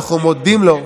ואנחנו מודים לו.